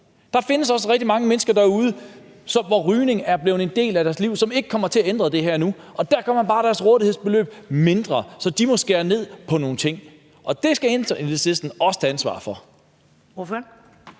Der findes også rigtig mange mennesker derude, som har gjort rygning til en del af deres liv, hvilket det her ikke kommer til at ændre på. Der gør man bare deres rådighedsbeløb mindre, så de må skære ned på nogle ting. Og det skal Enhedslisten også tage ansvar for.